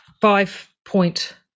five-point